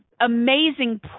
amazing